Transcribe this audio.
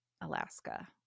Alaska